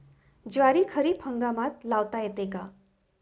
ज्वारी खरीप हंगामात लावता येते का?